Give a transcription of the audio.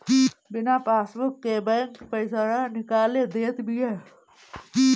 बिना पासबुक के बैंक पईसा ना निकाले देत बिया